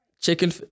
chicken